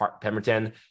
Pemberton